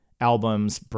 albums